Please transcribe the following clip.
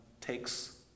takes